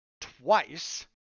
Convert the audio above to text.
twice